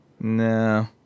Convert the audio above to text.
no